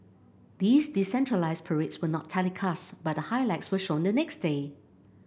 these decentralised parades were not telecast but the highlights were shown the next day